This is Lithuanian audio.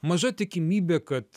maža tikimybė kad